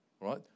right